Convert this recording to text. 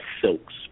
silks